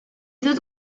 dut